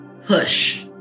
push